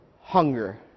hunger